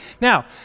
Now